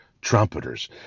trumpeters